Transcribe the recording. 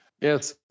Yes